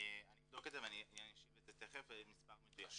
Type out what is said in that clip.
-- אני אבדוק ואשיב מיד, מספר מדויק.